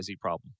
problem